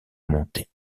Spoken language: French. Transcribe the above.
monté